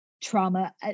trauma